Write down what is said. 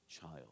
child